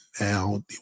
now